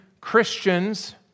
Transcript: Christians